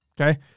Okay